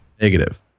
negative